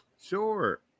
Sure